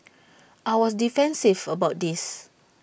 I was defensive about this